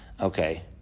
Okay